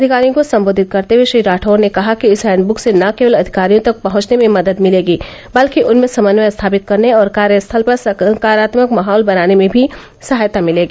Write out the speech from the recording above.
अधिकारियों को संबोधित करते हुए श्री राठौड़ ने कहा कि इस हैंडब्रक से न केवल अधिकारियों तक पहंचने में मदद मिलेगी बल्कि उनमें समन्वय स्थापित करने और कार्यस्थल पर सकरात्मक माहौल बनाने में भी सहायता मिलेगी